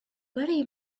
very